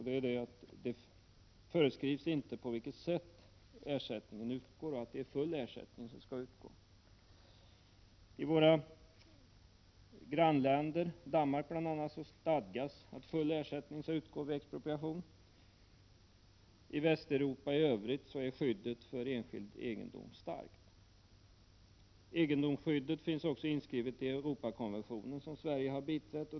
Där föreskrivs nämligen inte på vilket sätt ersättning skall utgå eller att full ersättning skall utgå. I våra grannländer, bl.a. Danmark, stadgas att full ersättning skall utgå vid expropriation. I Västeuropa i övrigt är skyddet för enskild egendom starkt. Egendomsskyddet finns också inskrivet i Europakonventionen som Sverige biträtt.